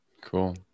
cool